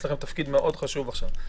יש לכם תפקיד מאוד חשוב עכשיו,